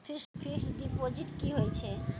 Fixed deposit की होय छै?